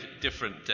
different